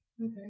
Okay